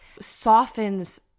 softens